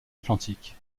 atlantique